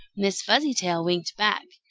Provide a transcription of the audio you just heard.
miss fuzzytail winked back.